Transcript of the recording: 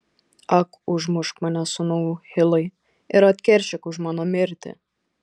ak užmušk mane sūnau hilai ir atkeršyk už mano mirtį